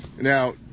now